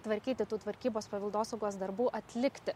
tvarkyti tų tvarkybos paveldosaugos darbų atlikti